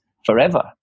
forever